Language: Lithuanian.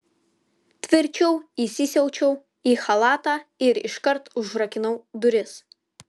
tvirčiau įsisiaučiau į chalatą ir iškart užrakinau duris